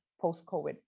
post-COVID